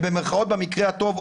ובמקרה הטוב,